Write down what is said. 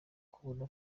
kubura